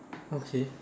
okay